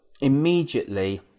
immediately